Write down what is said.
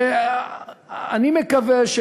אני מקווה,